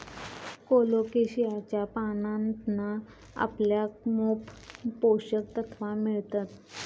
कोलोकेशियाच्या पानांतना आपल्याक मोप पोषक तत्त्वा मिळतत